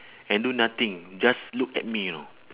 and do nothing just look at me you know